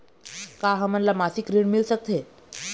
का हमन ला मासिक ऋण मिल सकथे?